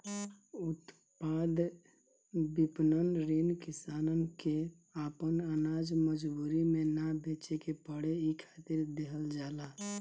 उत्पाद विपणन ऋण किसान के आपन आनाज मजबूरी में ना बेचे के पड़े इ खातिर देहल जाला